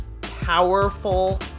powerful